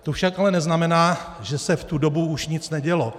To však neznamená, že se v tu dobu už nic nedělo.